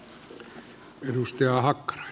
tämä esitys pitää hylätä